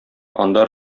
анда